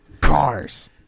cars